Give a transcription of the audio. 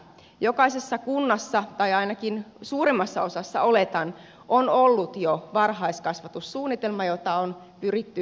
jokaisessa kunnassa tai ainakin suurimmassa osassa oletan on ollut jo varhaiskasvatussuunnitelma jota on pyritty noudattamaan